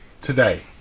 today